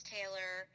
Taylor